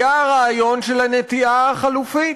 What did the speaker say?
היה הרעיון של הנטיעה החלופית,